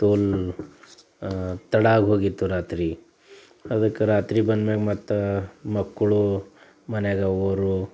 ತೋಲ ತಡ ಆಗೋಗಿತ್ತು ರಾತ್ರಿ ಅದಕ್ಕೆ ರಾತ್ರಿ ಬಂದಮ್ಯಾಗ ಮತ್ತೆ ಮಕ್ಕಳು ಮನೆಯಾಗ ಅವ್ವೊರು